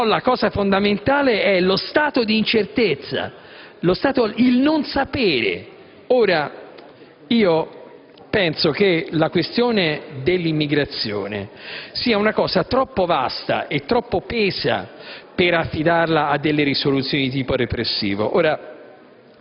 sono, ma fondamentale è lo stato di incertezza, il non sapere. Penso che la questione dell'immigrazione sia troppo vasta e troppo tesa per affidarla a soluzioni di tipo repressivo.